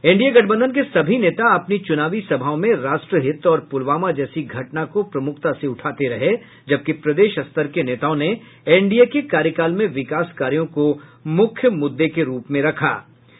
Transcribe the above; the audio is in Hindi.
एनडीए गठबंधन के सभी नेता अपनी चुनावी सभाओं में राष्ट्रहित और पुलवामा जैसी घटना को प्रमुखता से उठाते रहे जबकि प्रदेश स्तर के नेताओं ने एनडीए के कार्यकाल में विकास कार्यों को मुख्य मुद्दों के रूप में उठाया